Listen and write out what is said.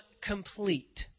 complete